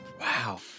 Wow